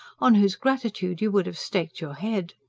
on whose gratitude you would have staked your head.